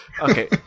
Okay